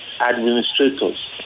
administrators